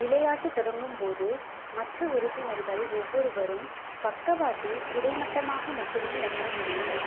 விளையாட்டு தொடங்கும் போது மற்ற உறுப்பினர்கள் ஒவ்வொருவரும் பக்கவாட்டில் கிடைமட்டமாக மட்டுமே நகர முடியும்